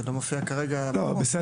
זה לא מופיע כרגע --- בסדר.